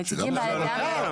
לא,